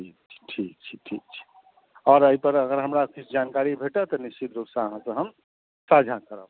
ठीक छै ठीक छै ठीक छै आओर एहिपर अगर हमरा किछु जानकारी भेटत तऽ निश्चित रूपसँ अहाँके हम साझा करब